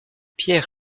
pierre